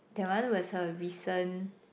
that one was a recent